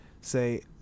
say